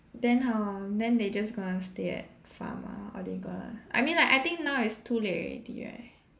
then how ah then they just gonna stay at pharm ah or they gonna I mean like I think now it's too late already right